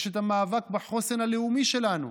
יש את המאבק בחוסן הלאומי שלנו.